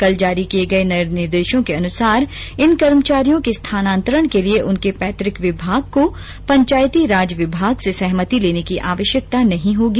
कल जारी किए गए नए निर्देशों के अनुसार इन कर्मचारियों के स्थानांतरण के लिए उनके पैतक विमाग को पंचायती राज विमाग से सहमति लेने की आवश्यकता नहीं होगी